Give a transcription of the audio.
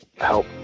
help